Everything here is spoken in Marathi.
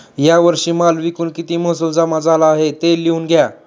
या वर्षी माल विकून किती महसूल जमा झाला आहे, ते लिहून द्या